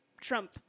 Trump